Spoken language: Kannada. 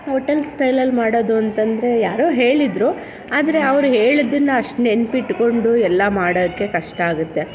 ಹೋಟೆಲ್ ಸ್ಟೈಲಲ್ಲಿ ಮಾಡೋದು ಅಂತ ಅಂದ್ರೆ ಯಾರೋ ಹೇಳಿದರು ಆದರೆ ಅವ್ರು ಹೇಳಿದ್ದನ್ನು ಅಷ್ಟು ನೆನಪಿಟ್ಕೊಂಡು ಎಲ್ಲ ಮಾಡೋಕ್ಕೆ ಕಷ್ಟ ಆಗುತ್ತೆ